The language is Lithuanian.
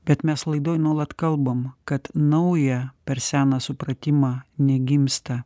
bet mes laidoj nuolat kalbam kad nauja per seną supratimą negimsta